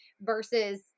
versus